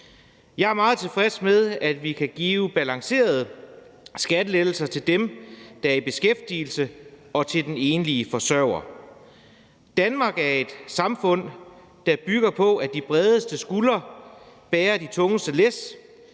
Jeg er meget tilfreds med, at vi kan give balancerede skattelettelser til dem, der er i beskæftigelse, og til den enlige forsørger. Danmark er et samfund, der bygger på, at de bredeste skuldre bærer de tungeste læs,